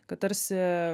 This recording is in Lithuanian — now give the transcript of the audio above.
kad tarsi